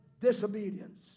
disobedience